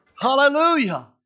Hallelujah